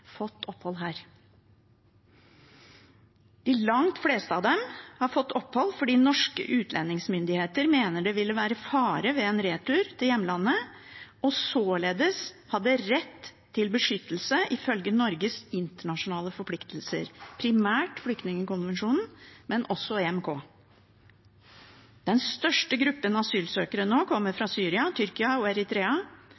fått opphold her. De langt fleste av dem har fått opphold fordi norske utlendingsmyndigheter mener det ville være fare ved en retur til hjemlandet, og at de således har rett til beskyttelse ifølge Norges internasjonale forpliktelser, primært flyktningkonvensjonen, men også EMK. Den største gruppen asylsøkere kommer nå